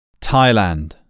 Thailand